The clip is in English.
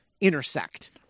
intersect